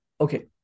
okay